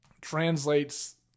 translates